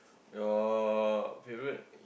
your favourite